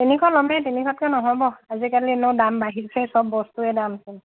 তিনিশ লমেই তিনিশতকে নহ'ব আজিকালি এনেও দাম বাঢ়িছে চব বস্তুৰে দাম